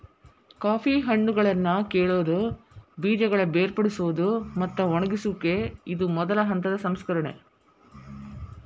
coffee ಹಣ್ಣುಗಳನ್ನಾ ಕೇಳುವುದು, ಬೇಜಗಳ ಬೇರ್ಪಡಿಸುವುದು, ಮತ್ತ ಒಣಗಿಸುವಿಕೆ ಇದು ಮೊದಲ ಹಂತದ ಸಂಸ್ಕರಣೆ